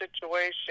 situation